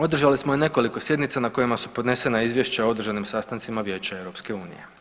Održali smo i nekoliko sjednica na kojima su podnesena izvješća o održanim sastancima Vijeća EU.